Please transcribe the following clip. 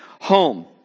home